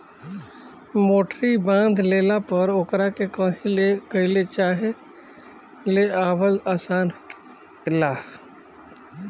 मोटरी बांध लेला पर ओकरा के कही ले गईल चाहे ले आवल आसान होला